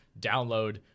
download